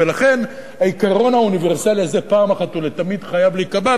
ולכן העיקרון האוניברסלי הזה פעם אחת ולתמיד חייב להיקבע,